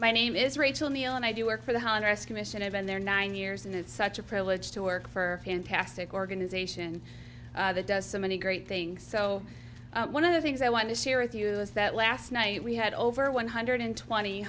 my name is rachel neal and i do work for the honduras commission have been there nine years and it's such a privilege to work for a fantastic organization that does so many great things so one of the things i want to share with you is that last night we had over one hundred twenty